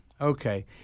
Okay